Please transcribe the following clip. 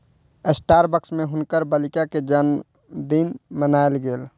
Starbucks में हुनकर बालिका के जनमदिन मनायल गेल